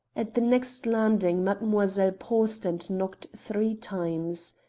at the next landing mademoiselle paused and knocked three times.